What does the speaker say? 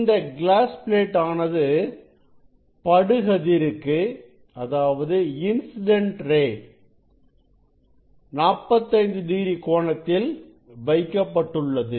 இந்த glass plate ஆனது படுகதிருக்கு 45 டிகிரி கோணத்தில் வைக்கப்பட்டுள்ளது